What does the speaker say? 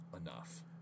enough